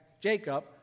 Jacob